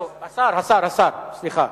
סליחה,